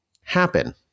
happen